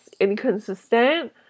inconsistent